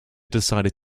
decided